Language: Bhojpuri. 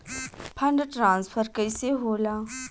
फण्ड ट्रांसफर कैसे होला?